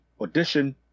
audition